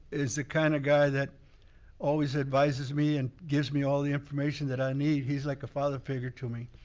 is the kind of guy that always advises me and gives me all the information that i need, he's like a father figure to me.